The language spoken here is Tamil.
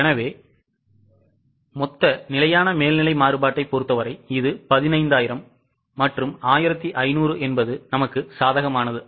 எனவே மொத்த நிலையான மேல்நிலை மாறுபாட்டைப் பொறுத்தவரை இது 15000 மற்றும் 1500 என்பது சாதகமானது